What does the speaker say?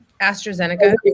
AstraZeneca